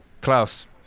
Klaus